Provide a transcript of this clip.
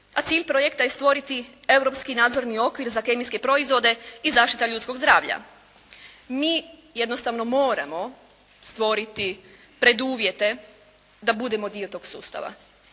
A cilj projekta je stvoriti europski nadzorni okvir za kemijske proizvode i zaštita ljudskog zdravlja. Mi jednostavno moramo stvoriti preduvjete da budemo dio tog sustava.